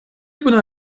bona